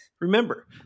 Remember